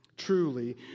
truly